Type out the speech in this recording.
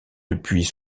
depuis